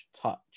touch